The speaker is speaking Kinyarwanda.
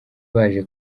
baje